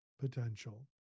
Potential